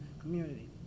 community